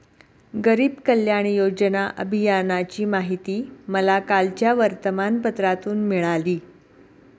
गरीब कल्याण योजना अभियानाची माहिती मला कालच्या वर्तमानपत्रातून मिळाली